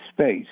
space